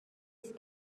است